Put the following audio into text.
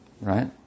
right